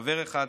חבר אחד,